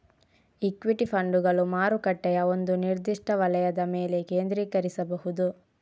equity ಫಂಡುಗಳು ಮಾರುಕಟ್ಟೆಯ ಒಂದು ನಿರ್ದಿಷ್ಟ ವಲಯದ ಮೇಲೆ ಕೇಂದ್ರೀಕರಿಸಬಹುದು